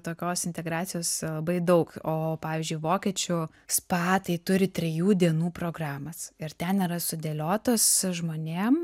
tokios integracijos labai daug o pavyzdžiui vokiečių spa tai turi trijų dienų programas ir ten yra sudėliotos žmonėm